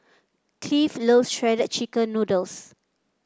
Cleve loves Shredded Chicken Noodles